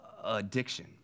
addiction